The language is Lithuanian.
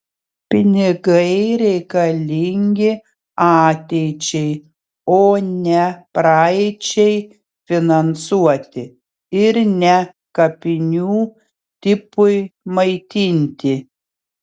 pinigai reikalingi ateičiai o ne praeičiai finansuoti ir ne kapinių tipui maitinti